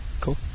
Cool